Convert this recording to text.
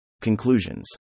Conclusions